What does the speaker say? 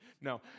No